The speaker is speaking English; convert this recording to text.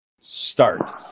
start